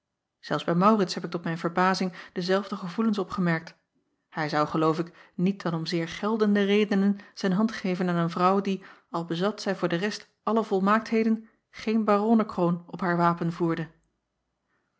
elfs bij aurits heb ik tot mijn verbazing dezelfde gevoelens opgemerkt hij zou geloof ik niet dan om zeer geldende redenen zijn hand geven aan een vrouw die al bezat zij voor de rest alle volmaaktheden geen baronnekroon op haar wapen voerde